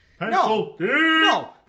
No